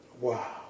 Wow